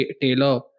Taylor